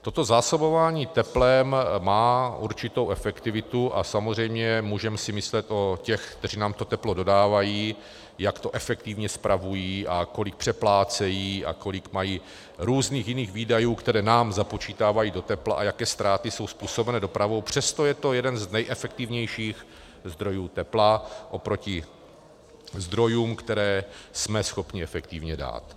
Toto zásobování teplem má určitou efektivitu, a samozřejmě můžeme si myslet o těch, kteří nám to teplo dodávají, jak to efektivně spravují a kolik přeplácejí a kolik mají různých jiných výdajů, které nám započítávají do tepla, a jaké ztráty jsou způsobeny dopravou, přesto je to jeden z nejefektivnějších zdrojů tepla oproti zdrojům, které jsme schopni efektivně dát.